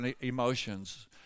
emotions